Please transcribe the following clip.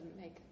make